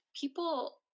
people